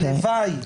הלוואי.